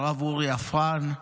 הרב אורי עופרן.